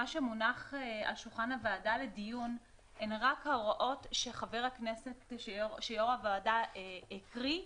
מה שמונח על שולחן הוועדה לדיון הן רק ההוראות שיושב-ראש הוועדה הקריא,